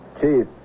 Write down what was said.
chief